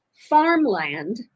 farmland